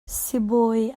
sibawi